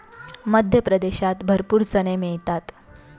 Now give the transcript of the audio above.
मध्य प्रदेशात भरपूर चणे मिळतात